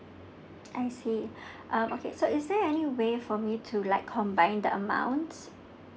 I see um okay so is there any way for me to like combine the amount